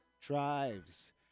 drives